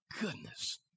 goodness